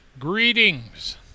Greetings